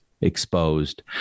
exposed